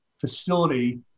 facility